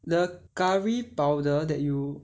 the curry powder that you